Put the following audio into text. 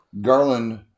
Garland